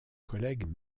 collègues